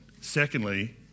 Secondly